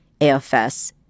AFS